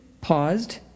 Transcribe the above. paused